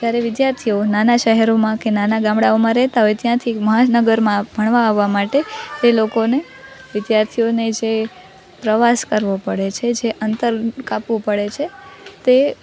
જ્યારે વિદ્યાર્થીઓ નાના શહેરોમાં કે નાના ગામડાંઓમાં રહેતા હોય ત્યાંથી મહાનગરમાં ભણવા આવવા માટે એ લોકોને વિદ્યાર્થીઓને જે પ્રવાસ કરવો પડે છે જે અંતર કાપવું પડે છે તે